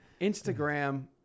Instagram